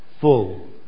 full